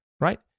Right